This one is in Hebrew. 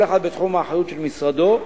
כל אחד בתחום האחריות של משרדו,